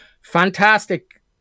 fantastic